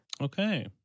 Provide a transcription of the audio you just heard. Okay